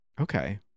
Okay